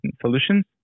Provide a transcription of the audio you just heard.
solutions